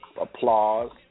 applause